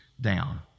down